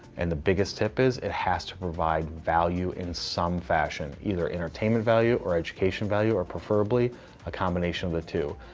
and the biggest tip is it has to provide value in some fashion. either entertainment value, or education value, preferably a combination of the two.